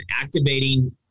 activating